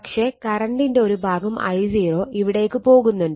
പക്ഷെ കറണ്ടിന്റെ ഒരു ഭാഗം I0 ഇവിടേക്ക് പോകുന്നുണ്ട്